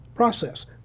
process